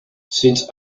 since